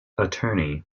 attorney